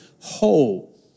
whole